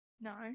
No